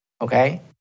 okay